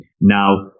Now